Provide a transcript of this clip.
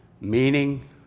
meaning